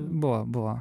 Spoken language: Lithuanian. buvo buvo